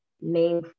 name